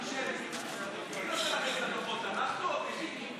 מי נותן את הדוחות, אנחנו או ביבי?